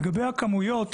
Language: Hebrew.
לגבי הכמויות,